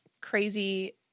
crazy